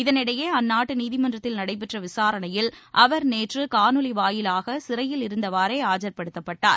இதனிடையே அந்நாட்டு நீதிமன்றத்தில் நடைபெற்ற விசாரணையில் அவர் நேற்று காணொலி வாயிலாக சிறையில் இருந்தவாறே ஆஜர்படுத்தப்பட்டார்